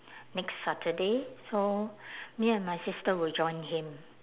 next saturday so me and my sister will join him